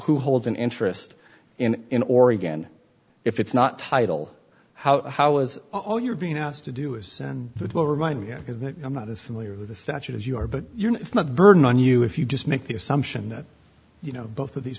who holds an interest in or again if it's not title how how is all you're being asked to do is and it will remind me that i'm not as familiar with the statute as you are but it's not burden on you if you just make the assumption that you know both of these